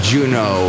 Juno